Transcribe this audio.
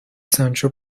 sancho